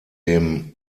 dem